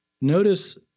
Notice